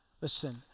Listen